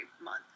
month